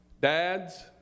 Dads